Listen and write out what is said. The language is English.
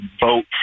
vote